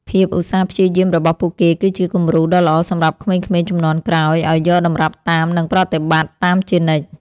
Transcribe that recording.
ភាពឧស្សាហ៍ព្យាយាមរបស់ពួកគេគឺជាគំរូដ៏ល្អសម្រាប់ក្មេងៗជំនាន់ក្រោយឱ្យយកតម្រាប់តាមនិងប្រតិបត្តិតាមជានិច្ច។